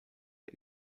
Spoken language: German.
der